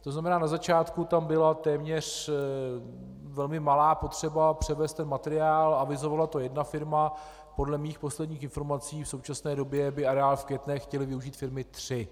To znamená, na začátku tam byla téměř velmi malá potřeba převézt materiál, avizovala to jedna firma, podle mých posledních informací v současné době by areál v Květné chtěly využít firmy tři.